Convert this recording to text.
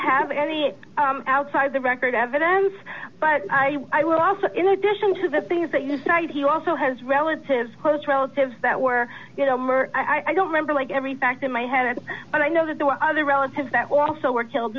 have any it outside the record evidence but i would also in addition to the things that you know he also has relative close relatives that were you know member i don't remember like every fact in my head and i know that there were other relatives that were also were killed